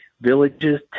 villages